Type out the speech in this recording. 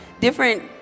different